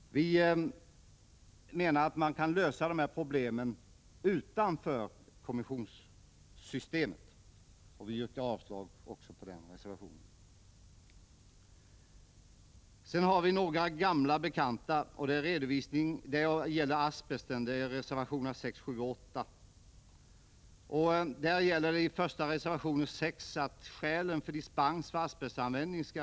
Vi anser att man kan lösa problemen utanför ”kommissionssystemet” , och jag yrkar avslag också på den reservationen. Bland reservationerna finns några gamla bekanta, som gäller asbesten. Det är reservationerna 6, 7 och 8. I reservation 6 begär man att skälen skall redovisas när dispens beviljas för asbestanvändning.